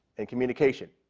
and communication.